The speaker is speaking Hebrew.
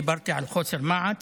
דיברתי על חוסר מעש.